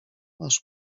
masz